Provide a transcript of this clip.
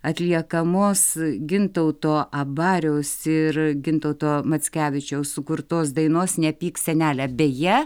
atliekamos gintauto abariaus ir gintauto mackevičiaus sukurtos dainos nepyk senele beje